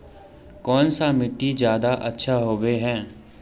कौन सा मिट्टी ज्यादा अच्छा होबे है?